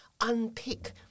unpick